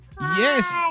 Yes